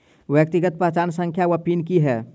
व्यक्तिगत पहचान संख्या वा पिन की है?